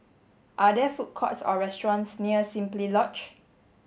are there food courts or restaurants near Simply Lodge